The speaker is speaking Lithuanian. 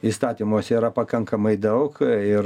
įstatymuose yra pakankamai daug ir